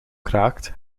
kraakt